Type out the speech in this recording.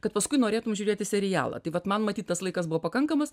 kad paskui norėtum žiūrėti serialą tai vat man matyt tas laikas buvo pakankamas